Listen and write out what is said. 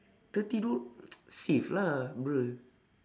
thirty doll~ save lah bruh